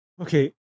okay